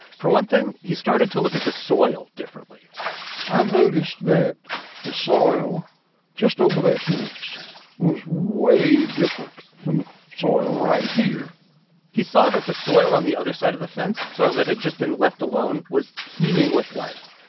for one thing, he started to look at the soil differently i noticed that the soil just over that fence was way different from the soil right here he saw that the soil on the other side of the fence soil that had just been left alone was teeming with life.